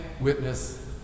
witness